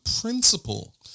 principle